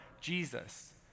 Jesus